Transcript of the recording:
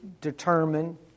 determine